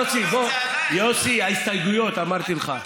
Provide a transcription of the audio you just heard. יוסי, ההסתייגויות, אמרתי לך.